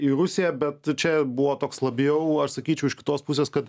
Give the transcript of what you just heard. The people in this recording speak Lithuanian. į rusiją bet čia buvo toks labiau aš sakyčiau iš kitos pusės kad